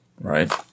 Right